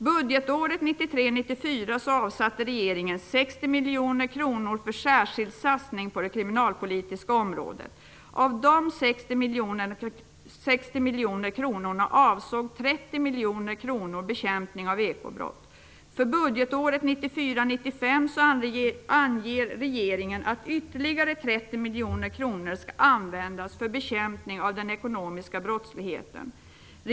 Budgetåret 1993/94 avsatte regeringen 60 miljoner kronor för särskild satsning på det kriminalpolitiska området. Av dessa 60 anger regeringen att ytterligare 30 miljoner kronor skall användas för bekämpning av den ekonomiska brottsligheten.